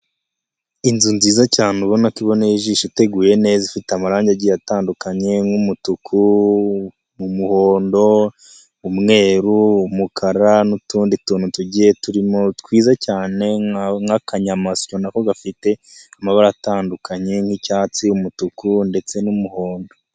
Inzu nziza cyane ubona ibonaye ijisho iteguye neza ifite amarangi agiye atandukanye, nk'umutuku, muhondo, umweru, umukara n'utundi tuntu tugiye turimo twiza cyane nk'akanyamasyo na ko gafite amabara atandukanye, nk'icyatsi umutuku ndetse n'umuhondo.